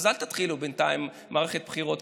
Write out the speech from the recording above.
אז אל תתחילו בינתיים את מערכת הבחירות,